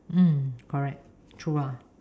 mm correct true ah